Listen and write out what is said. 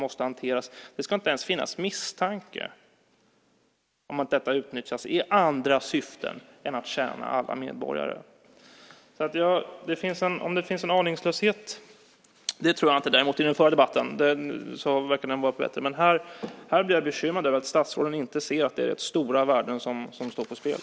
Det ska inte ens finnas en misstanke om att detta utnyttjas i andra syften än att tjäna alla medborgare. Jag tror inte att det finns en aningslöshet här - däremot fanns det kanske i den förra debatten. Här blir jag bekymrad över att statsrådet inte ser att det är rätt stora värden som står på spel.